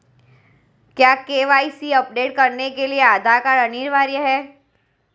क्या KYC update करने के लिए आधार कार्ड अनिवार्य है?